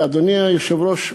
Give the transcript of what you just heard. ואדוני היושב-ראש,